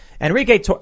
Enrique